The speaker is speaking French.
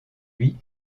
lui